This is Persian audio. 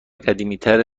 قدیمیتر